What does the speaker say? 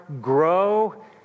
Grow